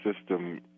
system